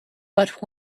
but